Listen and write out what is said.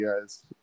guys